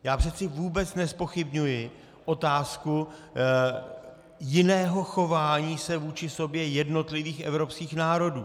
Já přece vůbec nezpochybňuji otázku jiného chování se vůči sobě jednotlivých evropských národů.